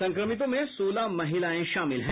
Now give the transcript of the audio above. संक्रमितों में सोलह महिलाएं शामिल हैं